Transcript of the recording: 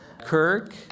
Kirk